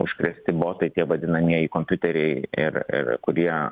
užkrėsti botai tie vadinamieji kompiuteriai ir ir kurie